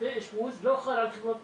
מרחקי אשפוז לא חל על חברות פרטיות,